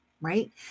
right